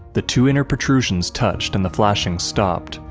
the two inner protrusions touched and the flashing stopped,